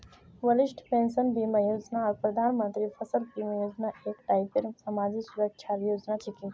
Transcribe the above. वरिष्ठ पेंशन बीमा योजना आर प्रधानमंत्री फसल बीमा योजना एक टाइपेर समाजी सुरक्षार योजना छिके